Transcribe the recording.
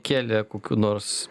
kėlė kokių nors